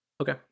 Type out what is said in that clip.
Okay